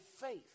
faith